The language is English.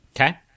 Okay